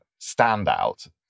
standout